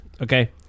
Okay